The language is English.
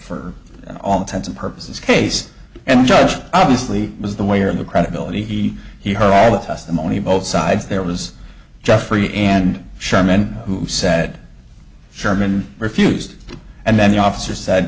for all intents and purposes case and obviously it was the way or the credibility he heard all the testimony both sides there was jeffrey and sherman who said sherman refused and then the officer said